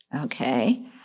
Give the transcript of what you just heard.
Okay